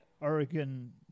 Oregon